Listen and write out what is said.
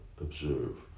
observe